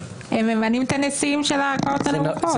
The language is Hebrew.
הנשיאים של הערכאות הנמוכות.